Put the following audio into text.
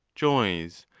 joys,